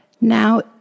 Now